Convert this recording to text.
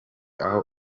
aho